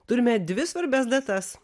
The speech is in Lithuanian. turime dvi svarbias datas